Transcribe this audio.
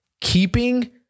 keeping